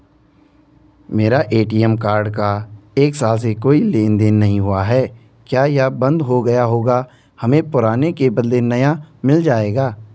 मेरा ATM card का एक साल से कोई लेन देन नहीं हुआ है क्या यह बन्द हो गया होगा हमें पुराने के बदलें नया मिल जाएगा?